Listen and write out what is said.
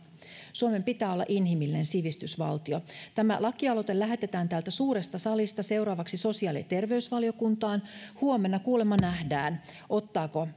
suomen pitää olla inhimillinen sivistysvaltio tämä lakialoite lähetetään täältä suuresta salista seuraavaksi sosiaali ja terveysvaliokuntaan huomenna kuulemma nähdään ottaako